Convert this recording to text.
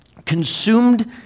Consumed